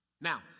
Now